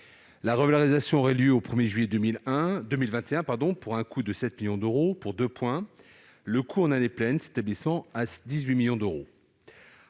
La revalorisation aurait lieu au 1 juillet 2021, pour un coût de 7 millions d'euros, le coût en année pleine s'établissant à 18 millions d'euros.